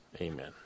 Amen